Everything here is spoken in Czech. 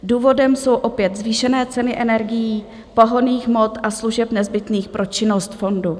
Důvodem jsou opět zvýšené ceny energií, pohonných hmot a služeb nezbytných pro činnost fondu.